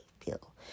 feel